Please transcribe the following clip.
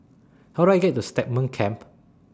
How Do I get to Stagmont Camp